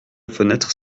fenêtre